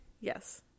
Yes